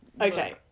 Okay